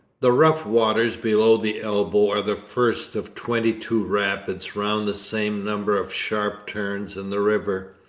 the rough waters below the elbow are the first of twenty-two rapids round the same number of sharp turns in the river.